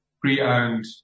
pre-owned